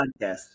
Podcast